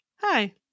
Hi